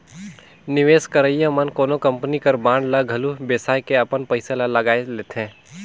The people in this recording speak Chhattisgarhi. निवेस करइया मन कोनो कंपनी कर बांड ल घलो बेसाए के अपन पइसा ल लगाए लेथे